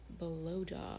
blowjob